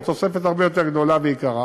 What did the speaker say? בתוספת הרבה יותר גדולה ויקרה.